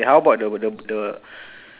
ya